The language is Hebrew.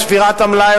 בספירת המלאי,